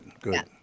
good